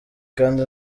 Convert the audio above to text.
kandi